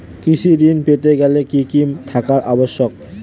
কৃষি ঋণ পেতে গেলে কি কি থাকা আবশ্যক?